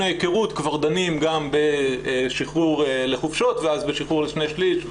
ההיכרות כבר דנים גם בשחרור לחופשות ואז בשחרור ל-2/3.